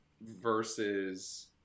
versus